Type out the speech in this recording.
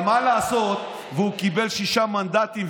מה לעשות והוא קיבל שישה מנדטים,